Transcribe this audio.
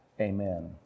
Amen